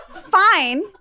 Fine